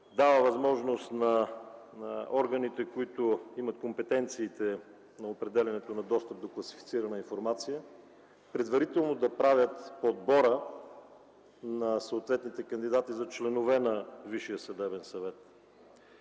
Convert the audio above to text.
дава възможност на органите, които имат компетенциите за определянето на достъп до класифицирана информация, предварително да правят подбора на съответните кандидати за членове на